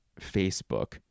Facebook